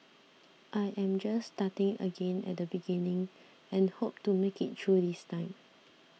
I am just starting again at the beginning and hope to make it through this time